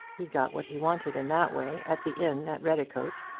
he got what he wanted in that way at the inn at redicote,